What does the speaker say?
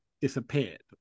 disappeared